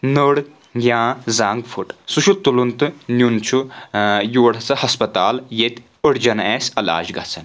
نٔر یا زنٛگ پھٕٹ سُہ چھُ تُلُن تہٕ نیُن چھُ یور ہَسا ہسپتال ییٚتہِ أڑجَن آسہِ علاج گژھان